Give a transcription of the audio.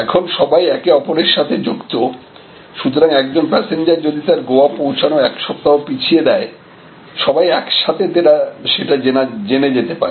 এখন সবাই একে অপরের সাথে যুক্ত সুতরাং একজন প্যাসেঞ্জার যদি তার গোয়া পৌঁছানো এক সপ্তাহ পিছিয়ে দেয় সবাই একসাথে সেটা জেনে যেতে পারে